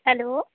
hello